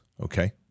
Okay